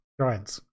giants